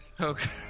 Okay